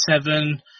Seven